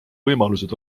võimalused